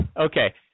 okay